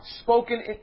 spoken